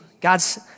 God's